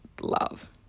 love